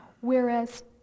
whereas